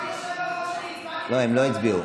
לא, הם לא הצביעו.